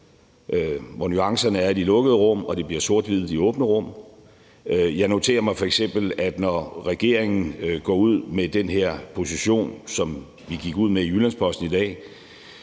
hvor nuancerne er i de lukkede rum og de bliver sort-hvide i de åbne rum. Jeg noterer mig f.eks., at når regeringen går ud med den her position, som vi gik ud med i Jyllands-Posten i dag,